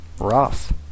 Rough